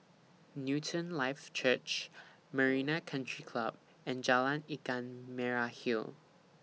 Newton Life Church Marina Country Club and Jalan Ikan Merah Hill